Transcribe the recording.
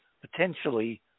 potentially